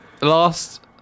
Last